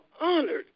honored